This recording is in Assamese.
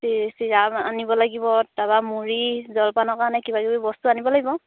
চিৰা আনিব লাগিব তাৰপৰা মুড়ি জলপানৰ কাৰণে কিবা কিবি বস্তু আনিব লাগিব